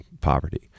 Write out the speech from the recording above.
poverty